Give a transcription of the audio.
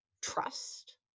trust